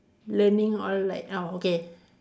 learning all like ah okay